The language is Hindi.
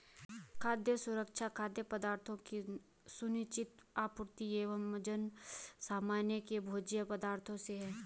खाद्य सुरक्षा खाद्य पदार्थों की सुनिश्चित आपूर्ति एवं जनसामान्य के भोज्य पदार्थों से है